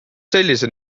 sellise